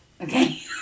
Okay